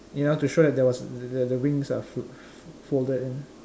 you know to show that there was the the the wings are fo~ folded in